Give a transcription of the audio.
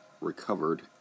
recovered